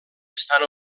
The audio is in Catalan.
estan